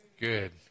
Good